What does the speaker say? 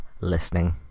listening